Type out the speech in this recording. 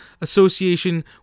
association